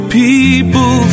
people